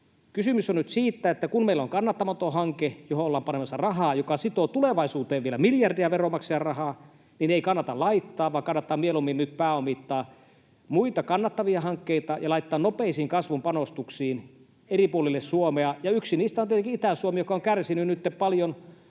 Kysymys on nyt siitä, että kun meillä on kannattamaton hanke, johon ollaan panemassa rahaa ja joka sitoo tulevaisuuteen vielä miljardeja veronmaksajien rahaa, niin ei kannata siihen laittaa vaan kannattaa mieluummin nyt pääomittaa muita, kannattavia hankkeita ja laittaa nopeisiin kasvun panostuksiin eri puolille Suomea. Ja yksi niistä on tietenkin Itä-Suomi, joka on kärsinyt nytten paljon Venäjän